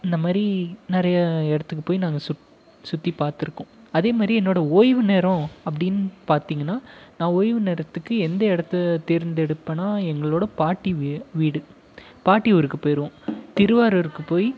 அந்த மாதிரி நிறைய இடத்துக்கு போய் நாங்கள் சுற்றி பார்த்துருக்கோம் அதே மாதிரி என்னோட ஓய்வு நேரம் அப்படினு பார்த்திங்கனா நான் ஓய்வு நேரத்துக்கு எந்த இடத்த தேர்ந்தெடுப்பேன்னால் எங்களோட பாட்டி வீடு பாட்டி ஊருக்கு போயிருவோம் திருவாரூருக்கு போய்